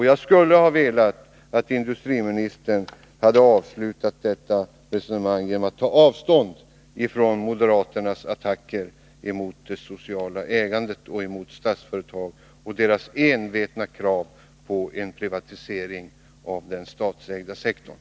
Jag skulle ha önskat att industriministern hade avslutat den här debatten genom att ta avstånd från moderaternas attacker mot det sociala ägandet och Statsföretag och från moderaternas envetna krav på en privatisering av den statsägda sektorn.